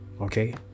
Okay